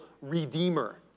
redeemer